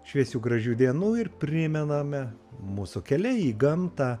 šviesių gražių dienų ir primename mūsų keliai į gamtą